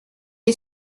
est